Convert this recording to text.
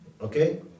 okay